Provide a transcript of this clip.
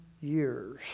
years